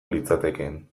litzatekeen